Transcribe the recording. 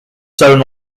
sewn